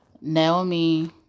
Naomi